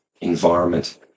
environment